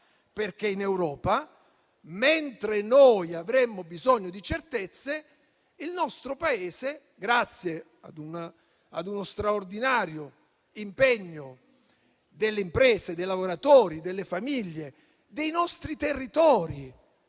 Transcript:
è solo italiano, mentre noi avremmo bisogno di certezze. Nel nostro Paese vi è uno straordinario impegno delle imprese, dei lavoratori, delle famiglie e dei nostri territori.